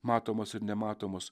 matomos ir nematomos